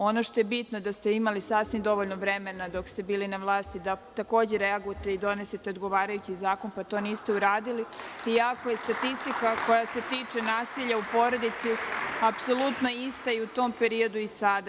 Ono što je bitno jeste da ste imali sasvim dovoljno vremena dok ste bili na vlasti da takođe reagujete i donesete odgovarajući zakon, pa to niste uradili iako je statistika koja se tiče nasilja u porodici apsolutno ista i u tom periodu i sada.